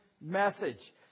message